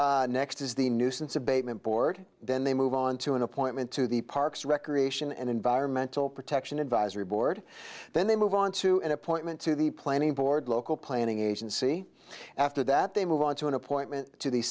next is the nuisance abatement board then they move on to an appointment to the parks recreation and environmental protection advisory board then they move on to an appointment to the planning board local planning agency after that they move on to an appointment to the